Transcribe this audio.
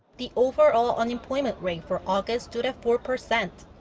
the overall unemployment rate for august stood at four-percent,